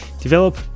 develop